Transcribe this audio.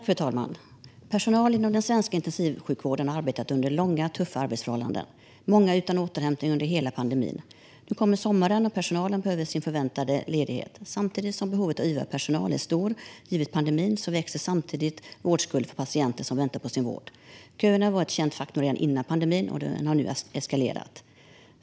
Fru talman! Personal inom den svenska intensivsjukvården har under hela pandemin arbetat under tuffa arbetsförhållanden - många utan återhämtning. Nu kommer sommaren, och personalen behöver sin förväntade ledighet. Samtidigt som behovet av iva-personal är stort, givet pandemin, växer vårdskulden för patienter som väntar på vård. Köerna var ett känt faktum redan innan pandemin, och de har nu eskalerat.